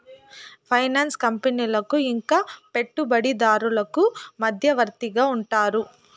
finance కంపెనీలకు ఇంకా పెట్టుబడిదారులకు మధ్యవర్తిగా ఉంటారు